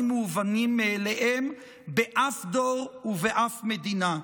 המובנים מאליהם באף דור ובאף מדינה.